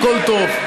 הכול טוב,